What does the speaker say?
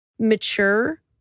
mature